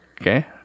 okay